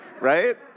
right